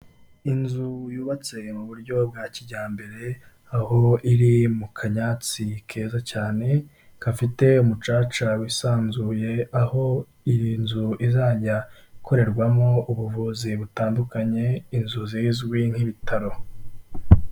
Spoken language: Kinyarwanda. Inzu yubatse mu buryo bwa kijyambere, aho iri mu kanyatsi keza cyane, gafite umucaca wisanzuye, aho iyi nzu izajya ikorerwamo ubuvuzi butandukanye, inzu zizwi nk'ibitaro.